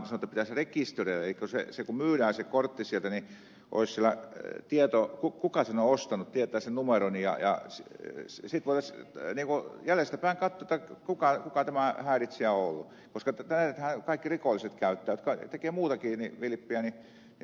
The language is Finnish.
se kun myydään se kortti sieltä niin olisi siellä tieto kuka sen on ostanut tiedettäisiin se numero ja sitten voitaisiin jäljestäpäin katsoa kuka tämä häiritsijä on ollut koska tätähän kaikki rikolliset käyttävät jotka tekevät muutakin vilppiä ja pommimiehet